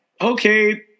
okay